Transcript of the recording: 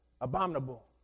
abominable